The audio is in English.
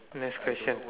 next question